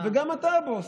וגם אתה הבוס,